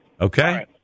Okay